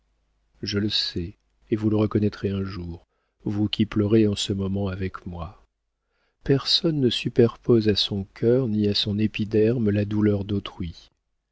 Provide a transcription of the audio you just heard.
je le sais et vous le reconnaîtrez un jour vous qui pleurez en ce moment avec moi personne ne superpose à son cœur ni à son épiderme la douleur d'autrui